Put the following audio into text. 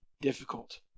difficult